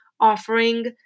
offering